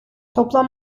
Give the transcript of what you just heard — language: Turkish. toplam